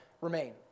remain